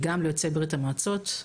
גם ליוצאי ברית המועצות,